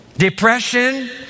Depression